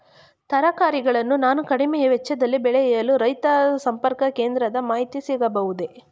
ತರಕಾರಿಗಳನ್ನು ನಾನು ಕಡಿಮೆ ವೆಚ್ಚದಲ್ಲಿ ಬೆಳೆಯಲು ರೈತ ಸಂಪರ್ಕ ಕೇಂದ್ರದ ಮಾಹಿತಿ ಸಿಗಬಹುದೇ?